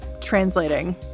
translating